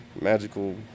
magical